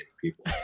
people